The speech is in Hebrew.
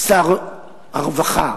מי שהיה שר הרווחה,